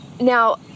Now